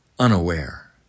unaware